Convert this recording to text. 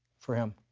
for him.